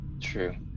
True